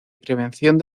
prevención